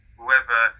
whoever